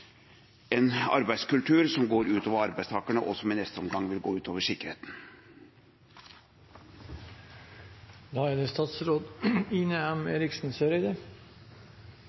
en arbeidskultur som går ut over arbeidstakerne, og som i neste omgang vil gå ut over sikkerheten.